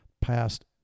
passed